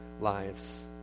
lives